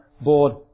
board